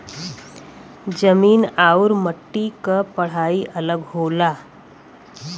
जमीन आउर मट्टी क पढ़ाई अलग होला